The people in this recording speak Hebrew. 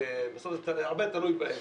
אז הרבה תלוי בהם.